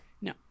No